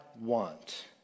want